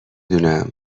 دونم